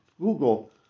Google